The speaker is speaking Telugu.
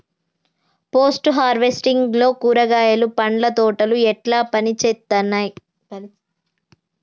పోస్ట్ హార్వెస్టింగ్ లో కూరగాయలు పండ్ల తోటలు ఎట్లా పనిచేత్తనయ్?